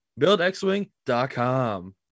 BuildXWing.com